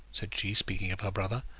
said she, speaking of her brother,